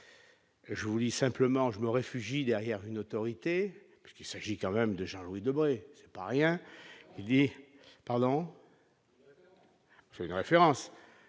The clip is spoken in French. je vous lis simplement je me réfugie derrière une autorité puisqu'il s'agit quand même de Jean-Louis Debré, c'est pas rien, il est parlant. Une référence,